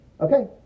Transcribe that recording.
okay